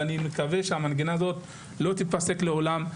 ואני מקווה שהמנגינה הזאת לא תיפסק לעולם.